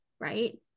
right